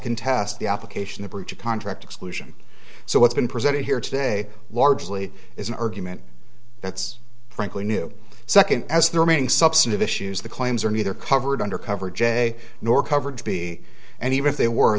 contest the application of breach of contract exclusion so what's been presented here today largely is an argument that's frankly new second as the remaining substantive issues the claims are neither covered under cover j nor coverage b and even if they were